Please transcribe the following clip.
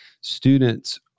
students